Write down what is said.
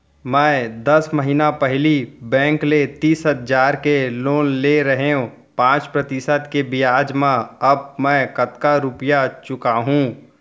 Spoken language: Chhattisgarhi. मैं दस महिना पहिली बैंक ले तीस हजार के लोन ले रहेंव पाँच प्रतिशत के ब्याज म अब मैं कतका रुपिया चुका हूँ?